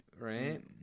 right